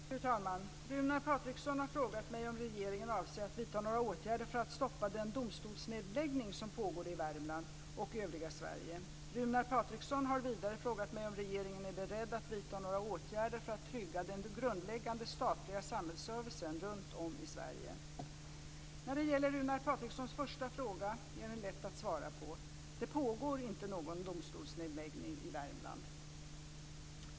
Fru talman! Runar Patriksson har frågat mig om regeringen avser att vidta några åtgärder för att stoppa den domstolsnedläggning som pågår i Värmland och övriga Sverige. Runar Patriksson har vidare frågat mig om regeringen är beredd att vidta några åtgärder för att trygga den grundläggande statliga samhällsservicen runtom i Sverige. När det gäller Runar Patrikssons första fråga är den lätt att svara på. Det pågår inte någon domstolsnedläggning i Värmland.